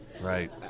Right